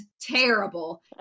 terrible